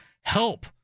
help